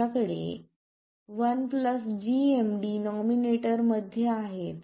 आमच्याकडे 1 डिनोमिनेटर मध्ये आहेत